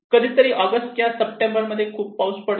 कधीतरी ऑगस्ट किंवा सप्टेंबर मध्ये खूप पाऊस पडतो